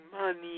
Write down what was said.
money